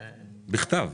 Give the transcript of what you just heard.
בכתב.